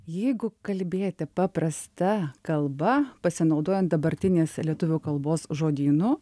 jeigu kalbėti paprasta kalba pasinaudojant dabartinės lietuvių kalbos žodynu